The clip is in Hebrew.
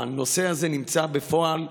הנושא הזה נמצא בפועל.